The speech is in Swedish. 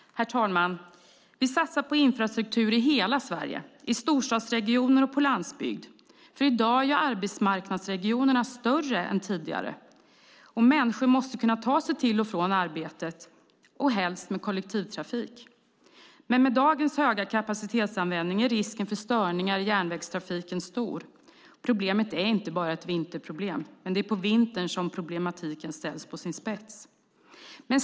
Herr talman! Vi satsar på infrastruktur i hela Sverige, i storstadsregioner och på landsbygd. I dag är arbetsmarknadsregionerna nämligen större än tidigare, och människor måste kunna ta sig till och från arbetet - helst med kollektivtrafik. Men med dagens höga kapacitetsanvändning är risken för störningar i järnvägstrafiken stor. Det är inte bara ett vinterproblem, men det är på vintern problematiken ställs på sin spets. Herr talman!